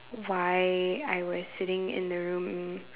why I was sitting in the room